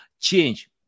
change